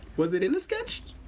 was it in the sketch?